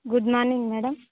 good morning madam